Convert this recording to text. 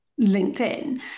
LinkedIn